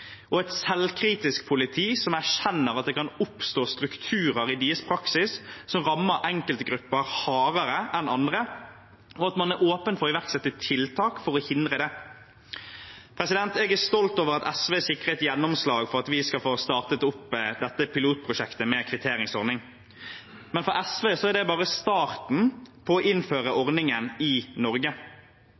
et selvkritisk politi som erkjenner at det kan oppstå strukturer i deres praksis som rammer enkelte grupper hardere enn andre, og at man er åpen for å iverksette tiltak for å hindre det. Jeg er stolt over at SV sikret gjennomslag for at vi skal få startet opp pilotprosjektet med kvitteringsordning, men for SV er det bare starten på å innføre ordningen i Norge.